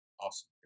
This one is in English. awesome